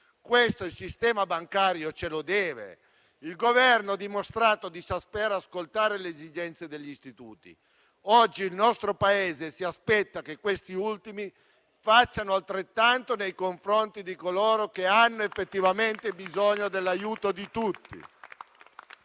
Il sistema bancario ce lo deve. Il Governo ha dimostrato di saper ascoltare le esigenze degli istituti; oggi il nostro Paese si aspetta che questi ultimi facciano altrettanto nei confronti di coloro che hanno effettivamente bisogno dell'aiuto di tutti.